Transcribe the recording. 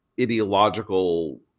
ideological